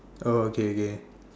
oh okay okay